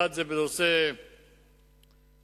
אחד זה בנושא ההטמנה,